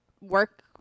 work